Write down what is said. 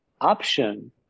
option